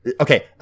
Okay